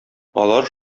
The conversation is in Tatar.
алар